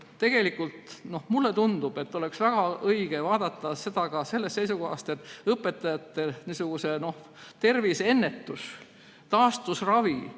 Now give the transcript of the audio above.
jne. Mulle tundub, et oleks väga õige vaadata seda ka sellest seisukohast, et õpetajate terviseennetuse, taastusravi